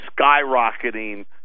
skyrocketing